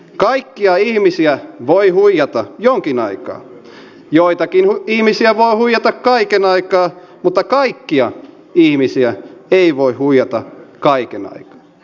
kaikkia ihmisiä voi huijata jonkin aikaa joitakin ihmisiä voi huijata kaiken aikaa mutta kaikkia ihmisiä ei voi huijata kaiken aikaa